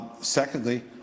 Secondly